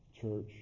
church